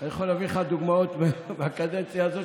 אני יכול להביא לך דוגמאות מהקדנציה הזאת,